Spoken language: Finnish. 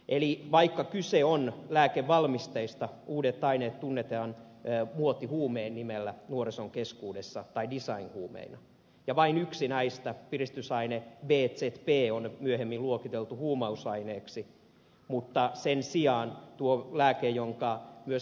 eli vaikka kyse on lääkevalmisteista uudet aineet tunnetaan muotihuumeen nimellä nuorison keskuudessa tai designhuumeina ja vain yksi näistä piristysaine bzp on myöhemmin luokiteltu huumausaineeksi mutta sen sijaan tuo lääke jonka myös ed